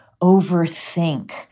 overthink